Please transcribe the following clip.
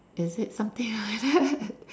is it something like that